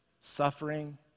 suffering